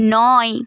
নয়